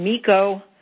Miko